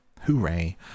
Hooray